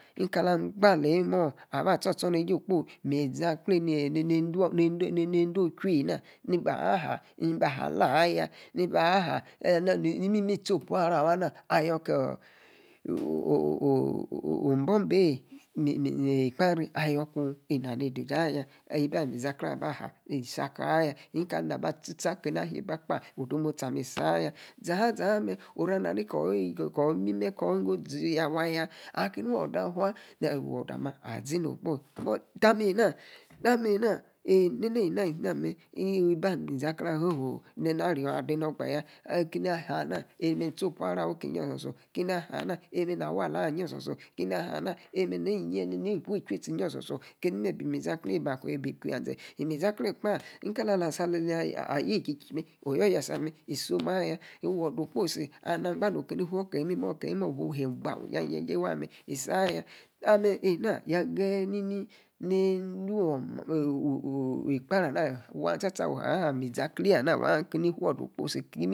Ikara. gba neyi-imimoh. aba stor ostornejie okpo. ni-zaklie. ne-endo. ochui. ena-na aha. ahah. alayaa. ibi ahaa. ni-mimmer. elite opua. ara-wana ayor ke. o. h bobieyi ne-ekpari ayor ku-ina rdi rididi-aya. eba ali. mi-za-klei. aba ha. isa akor aya nka. alieni aba tie stor keni-ayie-ba kpa. ode-mostie ma. isi aya. za-ha-zamer. oru. alena huni kor. imime. kor winggo zeya. waya. aki ni. awu. odor-afor. odor amer. azi-no-okpoyi tamer-ena. ena-na aliname. ebah alimi-zakley ahor-ha oh. na-ron. adeno-ogbaya. akena. aha ana enei-itie opua. arah awikiyin-osor-sor,-keni. aha-ana. eni. ni-buu ichw-utie-iyie. ososr-sor. kemer-bi-mi-zaki-ey bi kwia-zee. imi-zakley kpa. ikala-asa. ayie ejie-ejie mer. oyo-yor asa mer. isom-aya. wodu okposi alah. gba okeni fua kieyi imimoh bu. kie gba. wi-ija-jie. waa. mer. isi aya tomeh. enah ya-geyi-ni-ende-oh. ekpari. anaya-waa-sta-sta. mi-za-kleyi ana wa, fudor. okposi-ki-